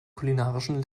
kulinarischen